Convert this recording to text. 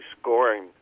scoring